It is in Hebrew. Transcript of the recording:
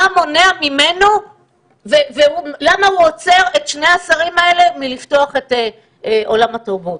מה מונע ממנו ולמה הוא עוצר את שני השרים האלה מלפתוח את עולם התרבות.